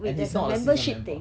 and he's not a season member